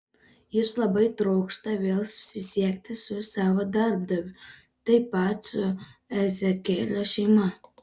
jis labai trokšta vėl susisiekti su savo darbdaviu taip pat su ezekielio šeima